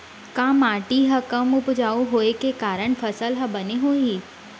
का माटी हा कम उपजाऊ होये के कारण फसल हा बने होही?